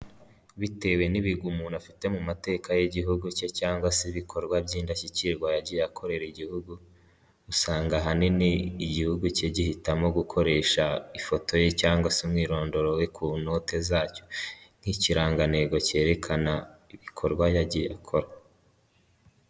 Bitewe n'ibigwi umuntu afite mu mateka y'igihugu cye cyangwa se ibikorwa by'indashyikirwa yagiye akorera igihugu usanga ahanini igihugu cye gihitamo gukoresha ifoto ye cyangwa se umwirondoro we ku note zacyo nk'ikirangantego cyerekana ibikorwa yagiye akora.